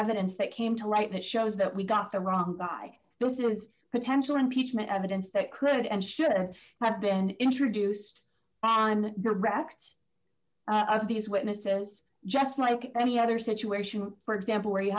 evidence that came to light that shows that we got the wrong by this it was potential impeachment evidence that could and should have been introduced and direct of these witnesses just like any other situation for example where you